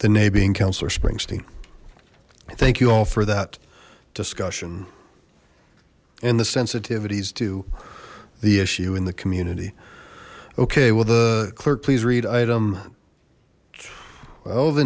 councillor springsteen thank you all for that discussion and the sensitivities to the issue in the community okay well the clerk please read item o